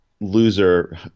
loser